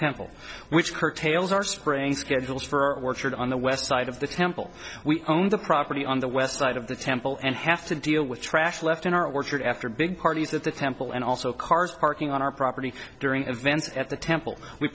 temple which curtails our spring scheduled for orchard on the west side of the temple we own the property on the west side of the temple and have to deal with trash left in our orchard after a big parties that the temple and also cars parking on our property during events at the temple we